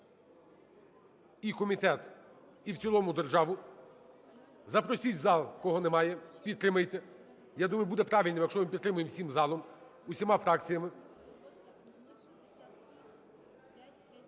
і комітет, і в цілому державу. Запросіть в зал, кого немає, підтримайте. Я думаю, буде правильно, якщо ми підтримаємо всім залом, усіма фракціями.